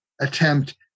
attempt